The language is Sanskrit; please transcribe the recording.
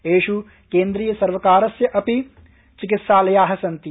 एषु केन्द्रीय सर्वकारस्य अपि चिकित्सालया सन्ति